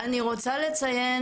אני רוצה לציין